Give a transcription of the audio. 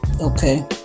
Okay